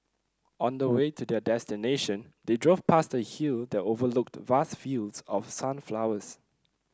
on the way to their destination they drove past a hill that overlooked vast fields of sunflowers